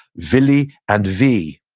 vili and ve.